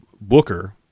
booker